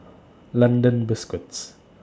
London Biscuits